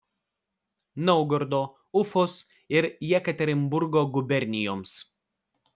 naugardo ufos ir jekaterinburgo gubernijoms